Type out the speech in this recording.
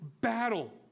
battle